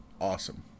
awesome